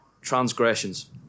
transgressions